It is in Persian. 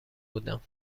بودم